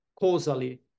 causally